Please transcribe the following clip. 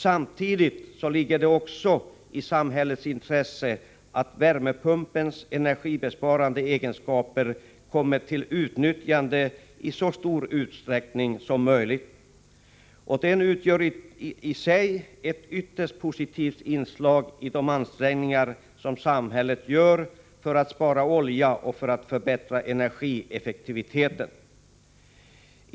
Samtidigt ligger det i samhällets intresse att värmepumpens energibesparande egenskaper kommer till utnyttjande i så stor utsträckning som möjligt. Den utgör i sig ett ytterst positivt inslag i de ansträngningar som samhället gör för att spara olja och för att förbättra energieffektiviteten.